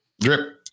drip